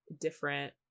different